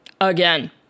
again